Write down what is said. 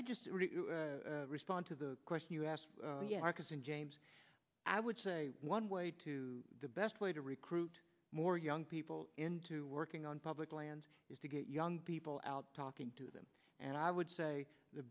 i just respond to the question you asked because in james i would say one way to the best way to recruit more young people into working on public lands is to get young people out talking to them and i would say the